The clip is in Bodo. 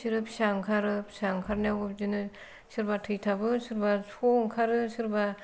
बिसोरो फिसा ओंखारो फिसा ओंखारनायावबो बिदिनो सोरबा थैथाबो सोरबा स' ओंखारो सोरबा